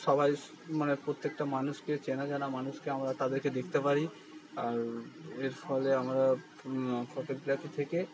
সবাই মানে প্রত্যেকটা মানুষকে চেনা জানা মানুষকে আমরা তাদেরকে দেখতে পারি আর এর ফলে আমরা ফটোগ্রাফি থেকে